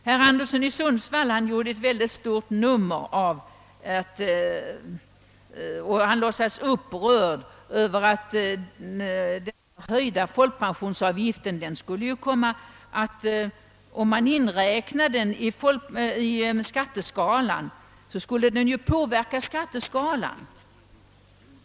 Herr Anderson i Sundsvall gjorde ett mycket stort nummer av att denna höjda folkpensionsavgift — om den inräknas i skatteskalan — skulle komma att påverka denna.